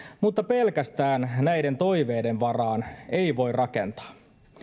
mutta pelkästään näiden toiveiden varaan ei voi rakentaa